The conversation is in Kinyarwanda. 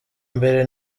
mbere